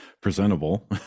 presentable